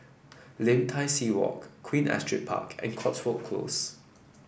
Lim Tai See Walk Queen Astrid Park and Cotswold Close